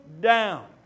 down